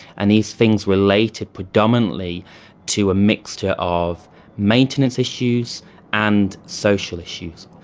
and these things were later predominantly to a mixture of maintenance issues and social issues.